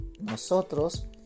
Nosotros